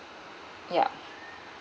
ya